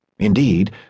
Indeed